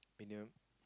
minimum